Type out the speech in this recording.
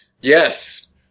Yes